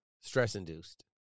stress-induced